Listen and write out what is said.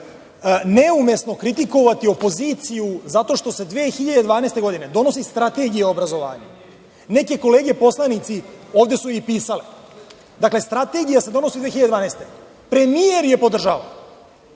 neumesno kritikovati opoziciju zato što se 2012. godine donosi Strategija o obrazovanju. Neke kolege poslanici ovde su i pisale. Dakle, strategija se donosi 2012. godine, premijer je podržao.